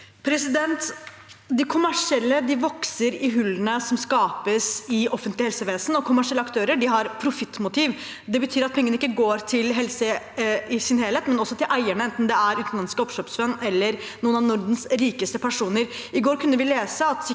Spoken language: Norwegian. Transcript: De kommersielle vok- ser i hullene som skapes i offentlig helsevesen, og kommersielle aktører har profittmotiv. Det betyr at pengene ikke går til helse i sin helhet, men også til eierne, enten det er utenlandske oppkjøpsfond eller noen av Nordens rikeste personer. I går kunne vi lese at psykiatriklinikken